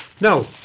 Now